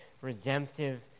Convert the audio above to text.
redemptive